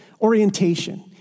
orientation